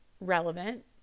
relevant